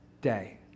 day